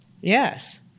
Yes